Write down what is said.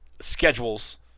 schedules